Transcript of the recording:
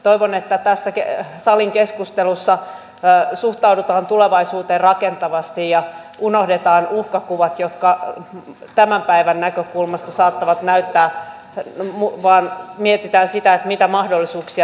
toivon että tässä salin keskustelussa suhtaudutaan tulevaisuuteen rakentavasti ja unohdetaan uhkakuvat joita tämän päivän näkökulmasta saattaa olla ja mietitään sitä mitä mahdollisuuksia tämä tuo